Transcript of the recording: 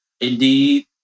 Indeed